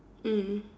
mm